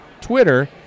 Twitter